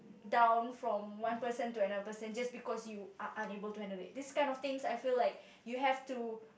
down from one person to another person just because you are unable to handle it this kind of things I feel like you have to